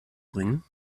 bringen